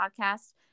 podcast